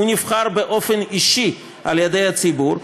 הוא נבחר באופן אישי על ידי הציבור,